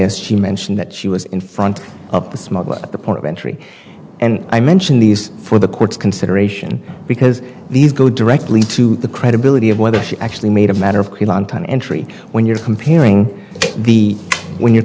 yes she mentioned that she was in front of the smuggler at the point of entry and i mention this for the courts consideration because these go directly to the credibility of whether she actually made a matter of entry when you're comparing the when you're